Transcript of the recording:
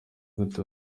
gute